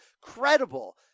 credible